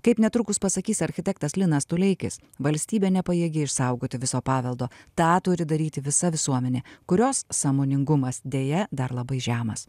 kaip netrukus pasakys architektas linas tuleikis valstybė nepajėgi išsaugoti viso paveldo tą turi daryti visa visuomenė kurios sąmoningumas deja dar labai žemas